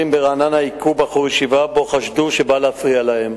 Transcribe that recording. ברעננה הכו בחור ישיבה שחשדו שהוא בא להפריע להם.